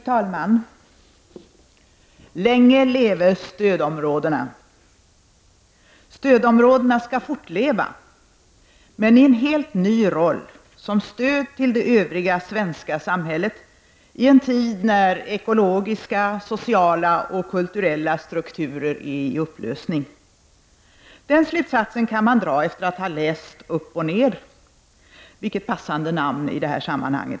Fru talman! Länge leve stödområdena! Stödområdena skall fortleva, men i en helt ny roll, som stöd till det övriga svenska samhället i en tid när ekologiska, sociala och kulturella strukturer är i upplösning. Den slutsatsen kan man dra efter att ha läst Upp och Ner — vilket passande namn i detta sammanhang.